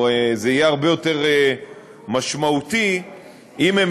או זה יהיה הרבה יותר משמעותי אם הם